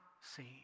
seen